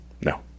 No